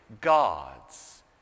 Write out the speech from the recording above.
God's